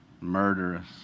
murderous